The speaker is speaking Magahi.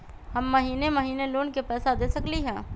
हम महिने महिने लोन के पैसा दे सकली ह?